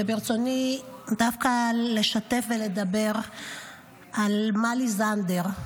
וברצוני דווקא לשתף ולדבר על מלי זנדר.